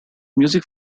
music